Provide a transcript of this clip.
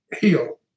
heal